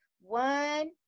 One